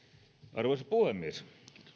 arvoisa puhemies